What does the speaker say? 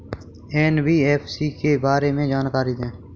NBFC के बारे में जानकारी दें?